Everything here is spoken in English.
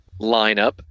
lineup